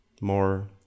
more